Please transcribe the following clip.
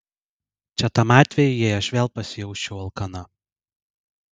čia tam atvejui jei aš vėl pasijausčiau alkana